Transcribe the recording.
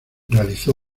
realizó